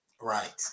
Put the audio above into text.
Right